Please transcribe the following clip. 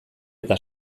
eta